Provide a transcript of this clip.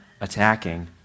attacking